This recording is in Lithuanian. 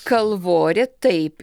kalvorė taip